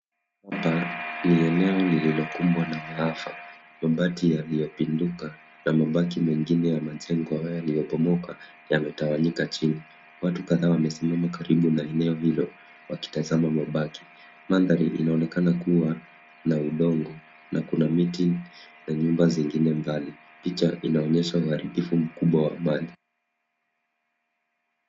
Hili ni eneo lililokumbwa na maafa; mabati yaliyopinduka yamebaki mengine ya majengo yaliyobomoka, yametawanyika chini. Watu kadhaa wamesimama karibu na eneo hilo wakitazama mabaki. Mandhari inaonekana kuwa na udongo na kuna miti na nyumba zingine mbali. Picha inaonyesha uharibifu mkubwa wa mali.